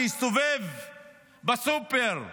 שהסתובב בסופר,